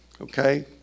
Okay